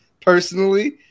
personally